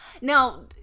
Now